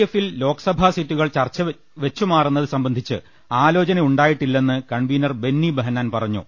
എഫിൽ ലോക്സഭാസീറ്റുകൾ വെച്ചുമാറുന്നത് സംബ ന്ധിച്ച് ആലോചനയുണ്ടായിട്ടില്ലെന്ന് കൺവീനർ ബെന്നി ബഹനാൻ പറഞ്ഞു